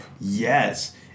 Yes